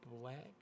Black